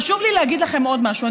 חשוב לי להגיד לכם עוד משהו.